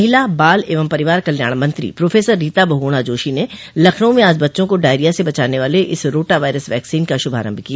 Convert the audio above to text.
महिला बाल एवं परिवार कल्याण मंत्री प्रोफेसर रीता बहुगुणा जोशी ने लखनऊ में आज बच्चा को डायरिया से बचाने वाले इस रोटा वायरस वैक्सीन का श्भारम्भ किया